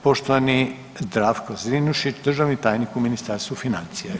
Poštovani Zdravko Zrinušić, državni tajnik u Ministarstvu financija.